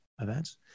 events